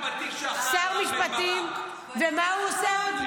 משרד המשפטים ומה עוד הוא עושה?